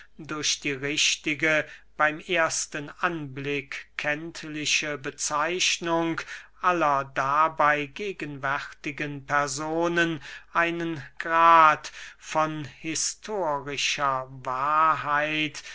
durch die richtige beym ersten anblick kenntliche bezeichnung aller dabey gegenwärtigen personen einen grad von historischer wahrheit